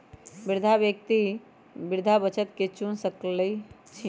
वृद्धा व्यक्ति वृद्धा बचत खता के चुन सकइ छिन्ह